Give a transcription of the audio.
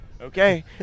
okay